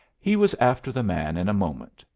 he was after the man in a moment,